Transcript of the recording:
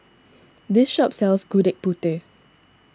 this shop sells Gudeg Putih